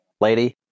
lady